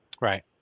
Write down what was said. Right